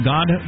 God